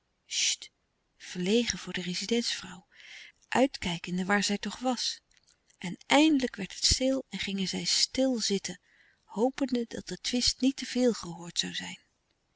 verlegen voor de rezidentsvrouw uitkijkende waar zij toch was en eindelijk werd het stil en gingen zij stil zitten hopende dat de twist niet te veel gehoord zoû zijn